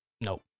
no